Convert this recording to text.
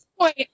point